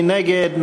מי נגד?